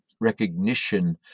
recognition